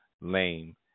lame